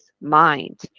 Mind